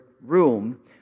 room